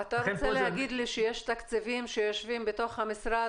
אתה רוצה להגיד לי שיש תקציבים שיושבים בתוך המשרד